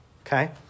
okay